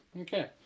Okay